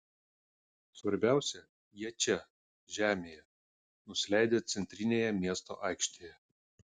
svarbiausia jie čia žemėje nusileidę centrinėje miesto aikštėje